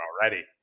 already